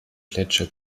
gletscher